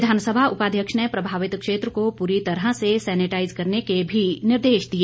विधानसभा उपाध्यक्ष ने प्रभावित क्षेत्र को पूरी तरह से सैनिटाईज करने के भी निर्देश दिए